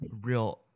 real